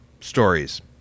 stories